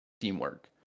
teamwork